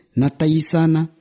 nataisana